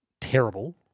terrible